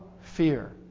fear